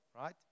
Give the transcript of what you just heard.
right